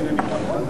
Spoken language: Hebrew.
אם אינני טועה,